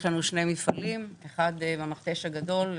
יש לנו שני מפעלים, אחד במכתש הגדול,